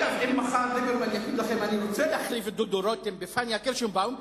אם מחר ליברמן יגיד לכם: אני רוצה להחליף את דודו רותם בפניה קירשנבאום,